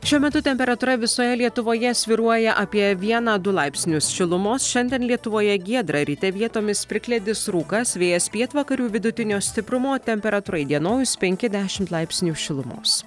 šiuo metu temperatūra visoje lietuvoje svyruoja apie vieną du laipsnius šilumos šiandien lietuvoje giedra ryte vietomis plikledis rūkas vėjas pietvakarių vidutinio stiprumo temperatūra įdienojus penki dešimt laipsnių šilumos